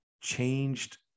changed